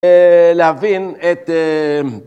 להבין את